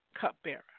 cupbearer